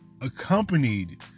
accompanied